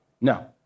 No